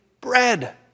bread